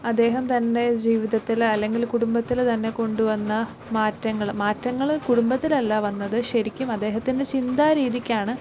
അദ്ദേഹം തൻ്റെ ജീവിതത്തിൽ അല്ലെങ്കിൽ കുടുംബത്തിൽ തന്നെ കൊണ്ടുവന്ന മാറ്റങ്ങൾ മാറ്റങ്ങൾ കുടുംബത്തിലല്ല വന്നത് ശരിക്കും അദ്ദേഹത്തിൻ്റെ ചിന്താരീതിക്കാണ്